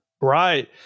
Right